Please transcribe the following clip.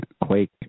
quake